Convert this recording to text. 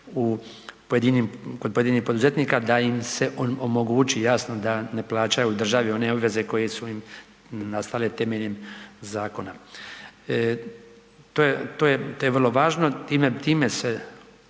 kod pojedinih poduzetnika, da im se omogući jasno da ne plaćaju državi one obveze koje su im nastale temeljem zakona. To je vrlo važno, time se